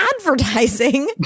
advertising